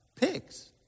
pigs